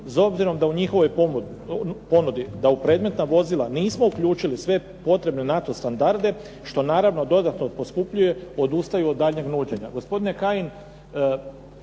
s obzirom da u njihovoj ponudi da u predmetna vozila nismo uključili sve potrebne NATO standarde, što naravno dodatno poskupljuje odustaju od daljnjeg nuđenja.